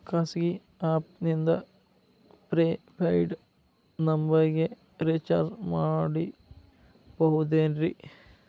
ಖಾಸಗಿ ಆ್ಯಪ್ ನಿಂದ prepaid ನಂಬರಿಗ ರೇಚಾರ್ಜ್ ಮಾಡಬಹುದೇನ್ರಿ?